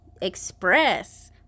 express